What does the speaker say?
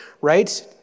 right